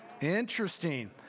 Interesting